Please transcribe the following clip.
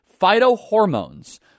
phytohormones